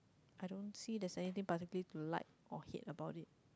I don't see there's anything particularly to like or hate about it